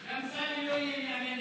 גם סמי לא יהיה מאמן הנבחרת.